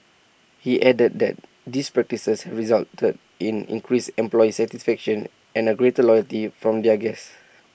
he added that these practices resulted in increased employee satisfaction and A greater loyalty from their guests